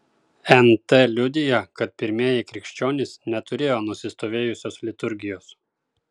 nt liudija kad pirmieji krikščionys neturėjo nusistovėjusios liturgijos